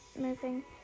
moving